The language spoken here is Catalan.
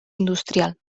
industrial